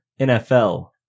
NFL